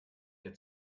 der